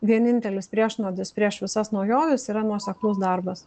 vienintelis priešnuodis prieš visas naujoves yra nuoseklus darbas